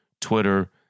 Twitter